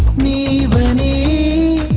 me a